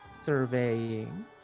surveying